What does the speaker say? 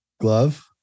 Glove